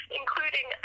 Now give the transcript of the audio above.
including